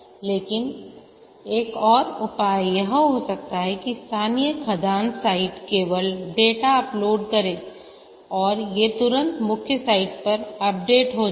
लेकिन एक और उपाय यह हो सकता है कि स्थानीय खदान साइट केवल डेटा अपलोड करें और ये तुरंत मुख्य साइट पर अपडेट हो जाएं